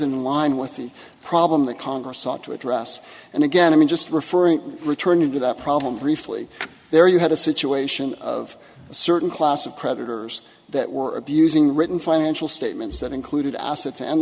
in line with the problem that congress ought to address and again i'm just referring returning to that problem briefly there you had a situation of a certain class of creditors that were abusing written financial statements that included assets and